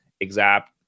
exact